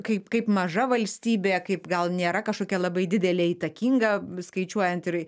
kaip kaip maža valstybė kaip gal nėra kažkokia labai didelė įtakinga skaičiuojant ir